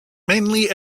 mainly